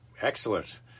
Excellent